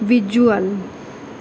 visual